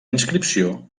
inscripció